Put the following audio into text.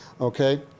okay